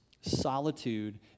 solitude